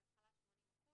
בהתחלה 80%,